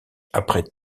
après